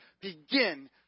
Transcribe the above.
begin